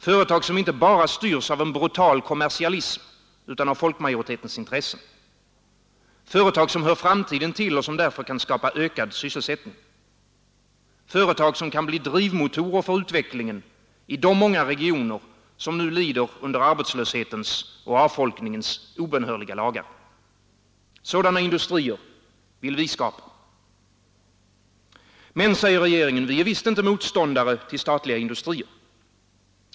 Företag som inte bara styrs av en brutal kommersialism utan av folkmajoritetens intressen. Företag som hör framtiden till och som därför kan skapa en ökad sysselsättning. Företag som kan bli drivmotorer för utvecklingen i de många regioner som nu lider under arbetslöshetens och avfolkningens Nr 98 obönhörliga lagar. Sådana industrier vill vi skapa. Men, säger regeringen, vi är visst inte motståndare till statliga industrier.